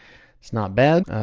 it's not bad.